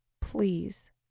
Please